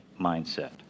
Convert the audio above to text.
mindset